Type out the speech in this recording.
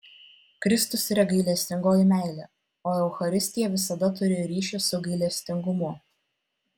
kristus yra gailestingoji meilė o eucharistija visada turi ryšį su gailestingumu